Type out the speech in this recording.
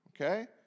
Okay